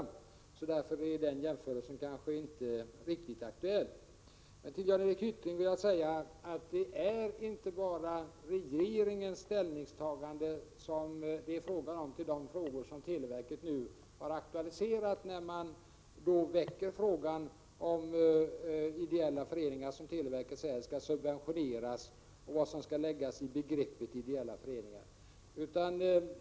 Därför är den jämförelsen kanske inte riktigt aktuell. Till Jan Hyttring vill jag säga att det inte bara handlar om regeringens ställningstagande i de frågor som televerket nu har aktualiserat när det gäller om ideella föreningars teletaxor skall subventioneras och vad som skall läggas in i begreppet ideella föreningar.